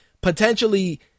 potentially